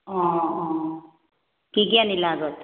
অঁ অঁ কি কি আনিলা আগত